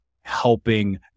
helping